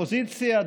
אופוזיציה,